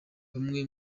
bumwe